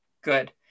good